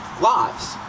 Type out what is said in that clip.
lives